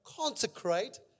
Consecrate